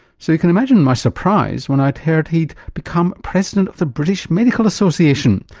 so you can imagine my surprise when i heard he'd become president of the british medical association,